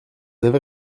avez